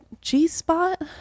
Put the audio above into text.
G-spot